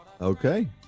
Okay